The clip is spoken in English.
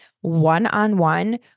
one-on-one